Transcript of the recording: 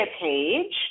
page